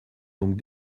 donc